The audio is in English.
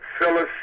Phyllis